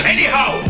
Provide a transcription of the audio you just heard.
Anyhow